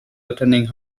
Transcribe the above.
attending